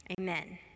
Amen